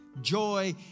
Joy